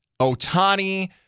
Otani